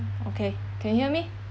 okay can hear me